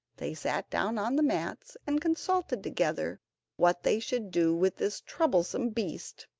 they sat down on the mats, and consulted together what they should do with this troublesome beast.